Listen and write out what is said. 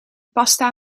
pasta